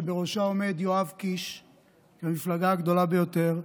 שבראשה עומד יואב קיש מהמפלגה הגדולה ביותר,